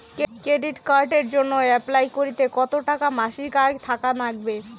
Credit কার্ডের জইন্যে apply করিতে কতো টাকা মাসিক আয় থাকা নাগবে?